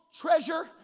treasure